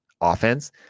offense